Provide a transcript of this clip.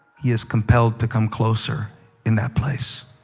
he is compelled to come closer in that place.